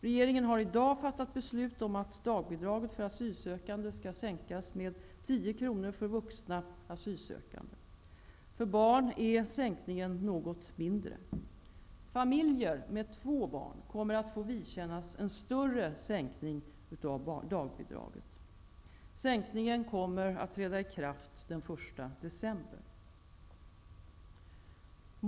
Regeringen har i dag fattat beslut om att dagbidraget för asylsökande skall sänkas med 10 kronor för vuxna asylsökande. För barn är sänkningen något mindre. Familjer med fler än två barn kommer att få vidkännas en större sänkning av dagbidraget. Sänkningen kommer att träda i kraft den 1 december.